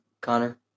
Connor